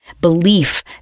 belief